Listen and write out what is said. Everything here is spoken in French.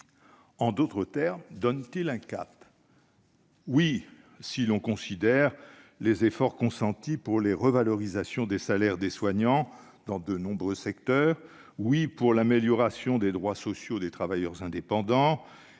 le présent texte donne-t-il un cap ? Oui, si l'on considère les efforts consentis pour les revalorisations des salaires des soignants dans de nombreux secteurs ; pour l'amélioration des droits sociaux des travailleurs indépendants